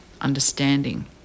understanding